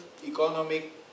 economic